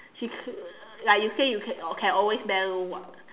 she like you say can can always bank what